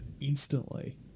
instantly